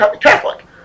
Catholic